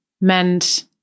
meant